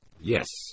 Yes